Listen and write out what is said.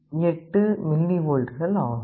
8 மில்லிவோல்ட்கள் ஆகும்